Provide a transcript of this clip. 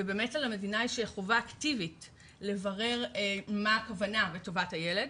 ובאמת על המדינה יש חובה אקטיבית לברר מה הכוונה בטובת הילד